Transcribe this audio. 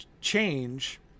change